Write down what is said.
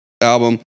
album